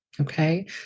okay